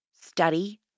study